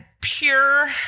pure